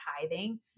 tithing